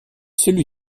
celui